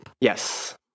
Yes